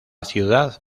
ciudad